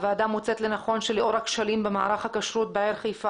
הוועדה מוצאת לנכון שלאור הכשלים במערך הכשרות בעיר חיפה